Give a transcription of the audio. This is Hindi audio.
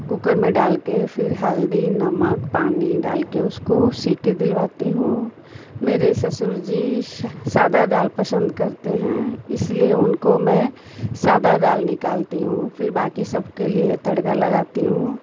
कुकर में डालकर फिर हल्दी नमक पानी डालकर उसको सीटी दिलवाती हूँ मेरे ससुर जी सा सादी दाल पसन्द करते हैं इसलिए उनको मैं सादी दाल निकालती हूँ फिर बाकी सबके लिए तड़का लगाती हूँ